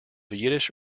yiddish